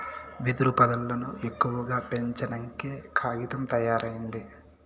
వెదురు పొదల్లను ఎక్కువగా పెంచినంకే కాగితం తయారైంది